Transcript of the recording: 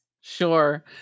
Sure